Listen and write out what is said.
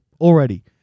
Already